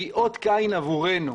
היא אות קין עבורנו.